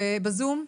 בזום,